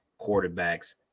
quarterbacks